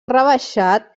rebaixat